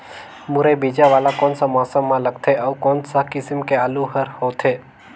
मुरई बीजा वाला कोन सा मौसम म लगथे अउ कोन सा किसम के आलू हर होथे?